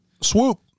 Swoop